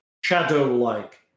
shadow-like